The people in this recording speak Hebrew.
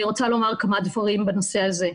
אני רוצה לומר כמה דברים בנושא הזה,